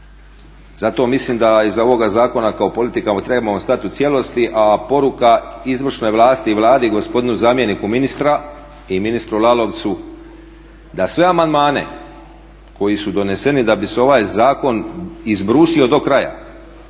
Zato mislim da iz ovoga zakona kao politika trebamo stati u cijelosti, a poruka izvršnoj vlasti i Vladi gospodinu zamjenika ministra i ministru Lalovcu da sve amandmane koji su doneseni da bi se ovaj zakon izbrusio do kraja